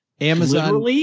Amazon